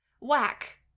Whack